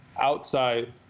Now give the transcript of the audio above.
outside